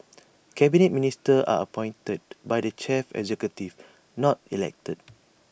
Cabinet Ministers are appointed by the chief executive not elected